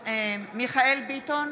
מיכאל מרדכי ביטון,